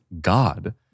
God